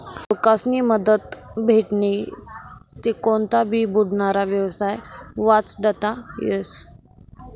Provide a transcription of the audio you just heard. लोकेस्नी मदत भेटनी ते कोनता भी बुडनारा येवसाय वाचडता येस